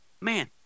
Man